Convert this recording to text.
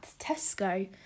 Tesco